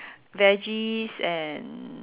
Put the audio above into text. veggies and